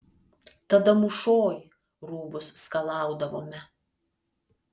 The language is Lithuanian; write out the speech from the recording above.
tada mūšoj rūbus skalaudavome